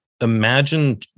imagine